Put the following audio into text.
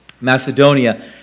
Macedonia